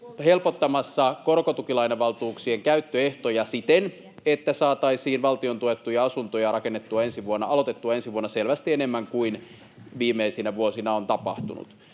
helpottamassa korkotukilainavaltuuksien käyttöehtoja siten, että saataisiin valtiontuettujen asuntojen rakentamista aloitettua ensi vuonna selvästi enemmän kuin viimeisinä vuosina on tapahtunut.